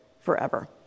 forever